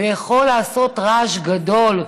ויכול לעשות רעש גדול,